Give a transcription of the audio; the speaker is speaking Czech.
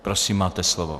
Prosím, máte slovo.